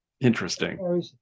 Interesting